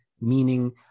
meaning